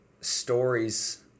stories